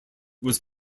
was